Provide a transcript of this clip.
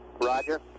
Roger